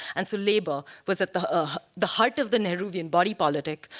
and so labor was at the ah the heart of the nehruvian body politic,